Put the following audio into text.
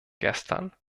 gestern